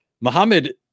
Muhammad